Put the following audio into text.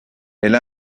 elle